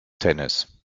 tennis